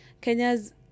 Kenya's